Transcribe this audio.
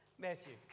Matthew